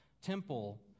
temple